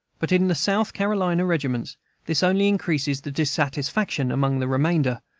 but in the south carolina regiments this only increases the dissatisfaction among the remainder,